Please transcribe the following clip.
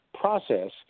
process